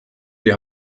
die